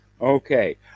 okay